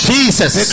Jesus